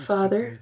Father